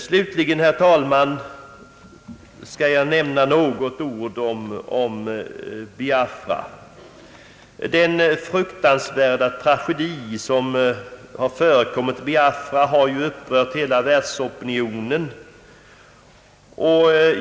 Vidare vill jag, herr talman, nämna något om Biafra. Den fruktansvärda tragedi som har utspelats i Biafra har upprört hela världsopinionen.